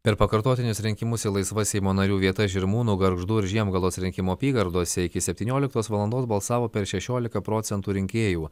per pakartotinius rinkimus į laisvas seimo narių vietas žirmūnų gargždų ir žiemgalos rinkimų apygardose iki septynioliktos valandos balsavo per šešiolika procentų rinkėjų